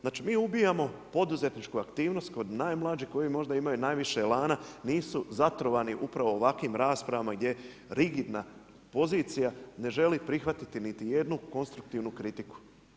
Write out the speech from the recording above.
Znači, mi ubijamo poduzetničku aktivnost kod najmlađih koji možda imaju najviše elana, nisu zatrovani upravo ovakvim raspravama gdje rigidna pozicija ne želi prihvatiti niti jednu konstruktivnu kritiku.